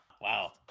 wow